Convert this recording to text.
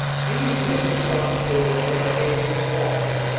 these were his thoughts during another painful pause,